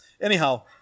Anyhow